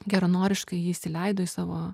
geranoriškai jį įsileido į savo